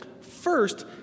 First